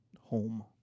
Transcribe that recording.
home